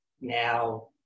now